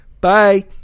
Bye